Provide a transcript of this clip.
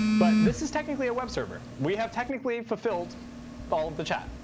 but this is technically a web server. we have technically fulfilled all of the chat.